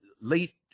late